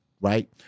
right